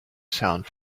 sound